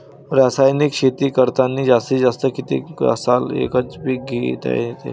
रासायनिक शेती करतांनी जास्तीत जास्त कितीक साल एकच एक पीक घेता येईन?